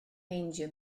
meindio